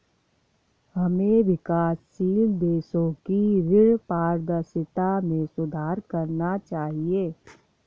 हमें विकासशील देशों की ऋण पारदर्शिता में सुधार करना चाहिए